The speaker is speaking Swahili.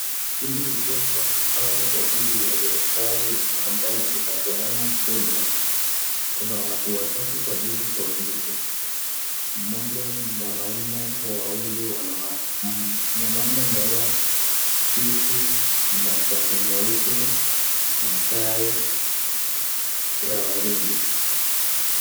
Hili ni jengo au ofisi la serikali ambao inapeana huduma, kuna watu watatu kwa hili ofisi, mmoja mwanaume, wawili wanawake, mwanaume amevaa suti na shati nyeupe na tai ya waridi.